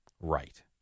Right